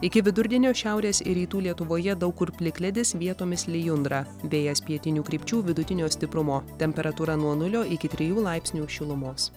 iki vidurdienio šiaurės ir rytų lietuvoje daug kur plikledis vietomis lijundra vėjas pietinių krypčių vidutinio stiprumo temperatūra nuo nulio iki trijų laipsnių šilumos